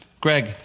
Greg